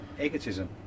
Egotism